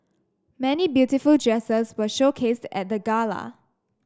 many beautiful dresses were showcased at the gala